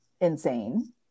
insane